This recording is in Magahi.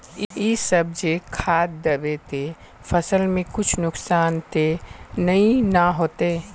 इ सब जे खाद दबे ते फसल में कुछ नुकसान ते नय ने होते